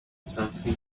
something